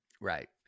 Right